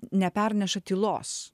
neperneša tylos